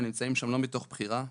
נמצאים שם לא מתוך בחירה.